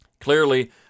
Clearly